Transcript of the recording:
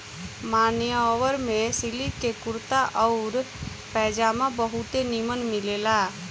मान्यवर में सिलिक के कुर्ता आउर पयजामा बहुते निमन मिलेला